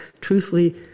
Truthfully